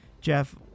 Jeff